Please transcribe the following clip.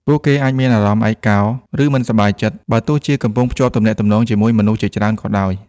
ពួកគេអាចមានអារម្មណ៍ឯកោ ឬមិនសប្បាយចិត្ត បើទោះជាកំពុងភ្ជាប់ទំនាក់ទំនងជាមួយមនុស្សជាច្រើនក៏ដោយ។